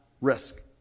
risk